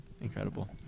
Incredible